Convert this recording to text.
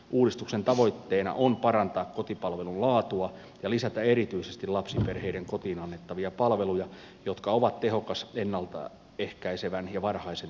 uudistuksen tavoitteena on parantaa kotipalvelun laatua ja lisätä erityisesti lapsiperheiden kotiin annettavia palveluja jotka ovat tehokas ennalta ehkäisevän ja varhaisten tuen muoto